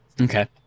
Okay